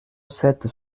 sept